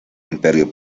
imperio